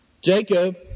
Jacob